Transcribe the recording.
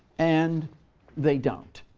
and they don't.